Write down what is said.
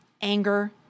anger